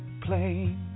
plain